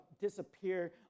disappear